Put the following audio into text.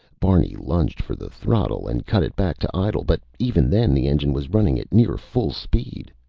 barney lunged for the throttle and cut it back to idle, but even then, the engine was running at near full speed.